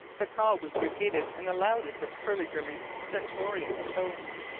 the call was repeated in the loudest of hurliguerly's stentorian tones.